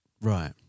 Right